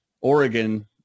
Oregon